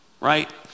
right